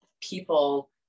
people